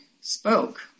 spoke